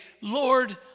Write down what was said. Lord